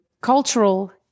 cultural